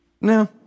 No